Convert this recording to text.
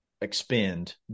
expend